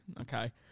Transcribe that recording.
Okay